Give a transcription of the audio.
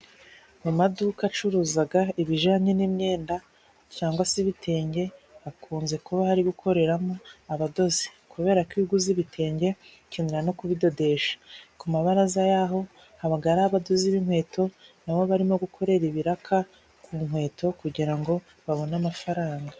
Amaduka acuruza ibijyanye n'imyenda cyangwa se ibitenge, hakunze kuba hari gukoreramo abadozi. Kubera ko iyo uguze ibitenge bingana no kubidodesha. Ku mabaraza y'aho haba hari abadozi b'inkweto na bo barimo gukorera ibiraka ku nkweto kugira ngo babone amafaranga.